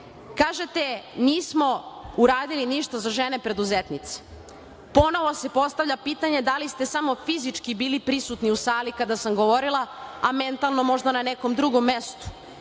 – nismo uradili ništa za žene preduzetnice. Ponovo se postavlja pitanje da li ste samo fizički bili prisutni u sali kada sam govorila, a mentalno možda na nekom drugom mestu.